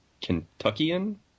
Kentuckian